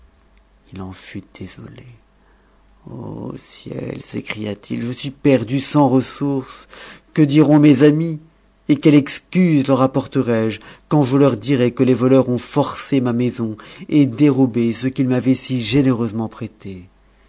il en fut désolé ô ciel sécria t i je suis perdu saus ressource que diront mes amis et quelle excuse leur apporterai je quand je leur dirai que les voleurs ont forcé ma maison et dérobé ce qu'ils m'avaient si généreusement prêté